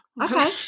Okay